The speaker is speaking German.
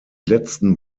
letzten